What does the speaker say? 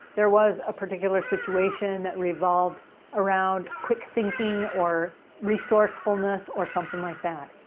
there was a particular situation that revolved around quick thinking, or resourcefulness, or something like that.